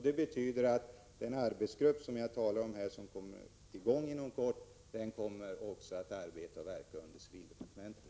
Det betyder att den arbetsgrupp som jag här talar om och som kommer i gång inom kort skall arbeta och verka under civildepartementet.